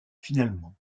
finalement